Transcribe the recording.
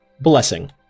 blessing